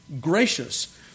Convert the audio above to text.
gracious